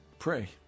Pray